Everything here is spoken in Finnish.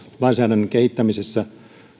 lainsäädännön kehittämisessä